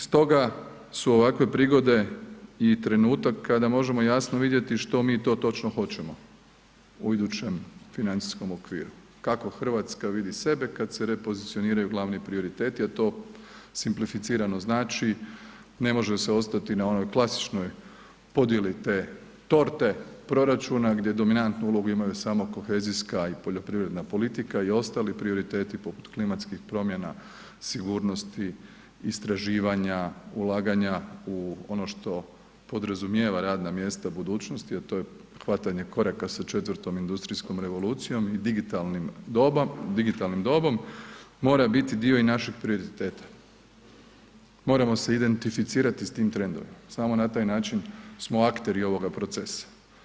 Stoga su ovakve prigode i trenutak kada možemo jasno vidjeti što mi to točno hoćemo u idućem financijskom okviru, kako Hrvatska vidi sebe kada se repozicioniraju glavni prioriteti, a to simplificirano znači ne može se ostati na onoj klasičnoj podjeli te torte proračuna gdje dominantnu ulogu imaju samo kohezijska i poljoprivredna politika i ostali prioriteti poput klimatskih promjena, sigurnosti, istraživanja, ulaganja u ono što podrazumijeva radna mjesta budućnosti, a to je hvatanje koraka sa 4. industrijskom revolucijom i digitalnim dobom, mora biti dio i našeg prioriteta, moramo se identificirati s tim trendom, samo na taj način smo akteri ovoga procesa.